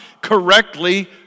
correctly